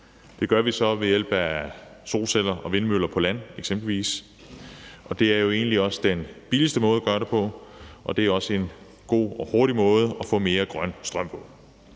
eksempelvis ved hjælp af solceller og vindmøller på land, og det er jo egentlig også den billigste måde at gøre det på, og det er også en god og hurtig måde at få mere grøn strøm på.